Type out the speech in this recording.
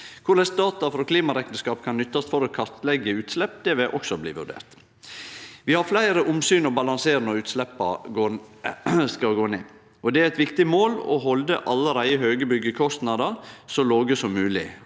Korleis data frå klimagassrekneskap kan nyttast for å kartleggje utslepp, vil òg bli vurdert. Vi har fleire omsyn å balansere når utsleppa skal ned. Det er eit viktig mål å halde allereie høge byggekostnader så låge som mogleg